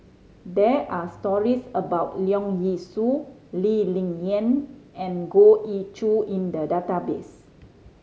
there are stories about Leong Yee Soo Lee Ling Yen and Goh Ee Choo in the database